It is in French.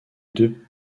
deux